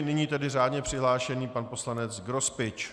Nyní tedy řádně přihlášený pan poslanec Grospič.